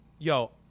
Yo